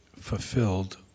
fulfilled